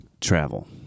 travel